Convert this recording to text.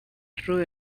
true